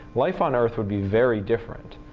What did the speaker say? life on earth would be very different.